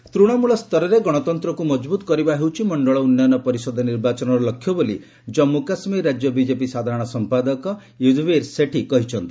JK ପୋଲ୍ସ୍ ତୂଶମୂଳ ସ୍ତରରେ ଗଶତନ୍ତ୍ରକୁ ମଜବୁତ୍ କରିବା ହେଉଛି ମଶ୍ଚଳ ଉନ୍ନୟନ ପରିଷଦ ନିର୍ବାଚନର ଲକ୍ଷ୍ୟ ବୋଲି ଜମ୍ମୁ କାଶ୍ମୀର ରାଜ୍ୟ ବିଜେପି ସାଧାରଣ ସମ୍ପାଦକ ୟୁଧଭିର ସେଠି କହିଛନ୍ତି